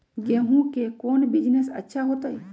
गेंहू के कौन बिजनेस अच्छा होतई?